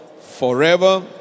Forever